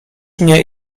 mnie